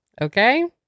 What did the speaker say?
Okay